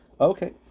Okay